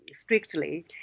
strictly